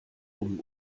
dumm